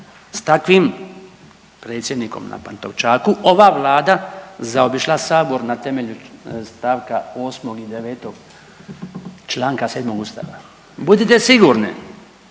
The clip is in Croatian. s takvim Predsjednikom na Pantovčaku ova Vlada zaobišla Sabor na temelju stavka 8. i 9. članka 7. Ustava. Budite sigurni